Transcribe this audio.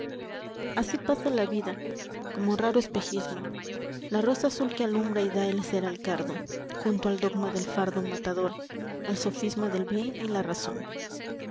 así pasa la vida como raro espejismo la rosa azul que alumbra y da el ser al cardo junto al dogma del fardo matador el sofisma del bien y la razón